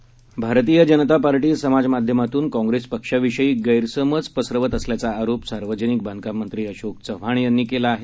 hold byte Dashrath Wanve Bharatiya Janata Party समाज माध्यमांतून काँप्रेस पक्षाविषयी गैरसमज पसरवत असल्याचा आरोप सार्वजनिक बांधकाम मंत्री अशोक चव्हाण यांनी केला आहे